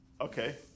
Okay